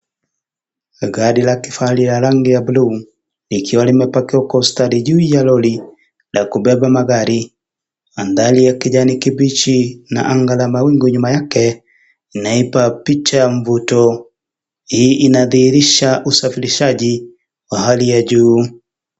Gari la kifahari la rangi ya bluu likiwa limepakiwa kwa ustadi juu ya lori la kubeba magari. Mandhari ya kijani kibichi na anga ya mawingu nyuma yake inaipa picha ya mvuto. Hii inadhihirisha usafirishaji wa hali ya juu.